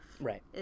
Right